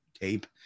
tape